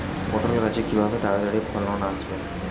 পটল গাছে কিভাবে তাড়াতাড়ি ফলন আসবে?